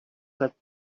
that